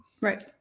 right